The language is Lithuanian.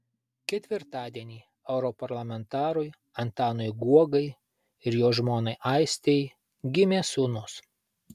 ketvirtadienį europarlamentarui antanui guogai ir jo žmonai aistei gimė sūnus